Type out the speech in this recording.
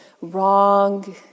wrong